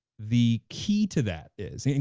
the key to that is, and